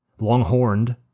Longhorned